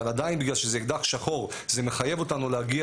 אבל עדיין בגלל שזה אקדח שחור זה מחייב אותנו להגיע